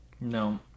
No